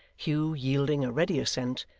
hugh yielding a ready assent,